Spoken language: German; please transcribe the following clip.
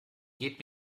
geht